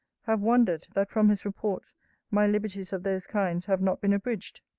have wondered, that from his reports my liberties of those kinds have not been abridged.